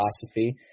philosophy